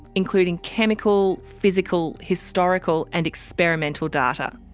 including chemical, physical, historical and experimental data.